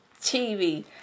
TV